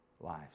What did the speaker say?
lives